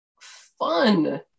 fun